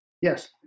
Yes